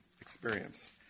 experience